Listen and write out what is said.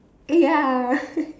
eh ya